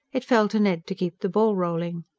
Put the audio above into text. it fell to ned to keep the ball rolling.